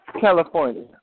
California